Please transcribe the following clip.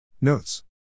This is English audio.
Notes